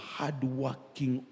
hardworking